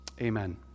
amen